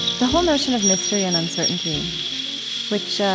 the whole notion of mystery and uncertainty which,